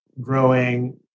growing